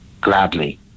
Gladly